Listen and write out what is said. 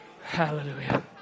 hallelujah